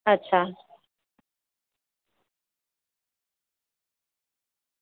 અચ્છા